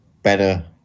better